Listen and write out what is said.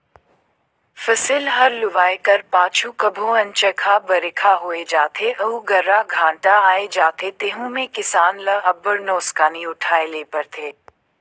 फसिल हर लुवाए कर पाछू कभों अनचकहा बरिखा होए जाथे अउ गर्रा घांटा आए जाथे तेहू में किसान ल अब्बड़ नोसकानी उठाए ले परथे